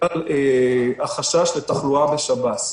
בגלל החשש לתחלואה בשב"ס.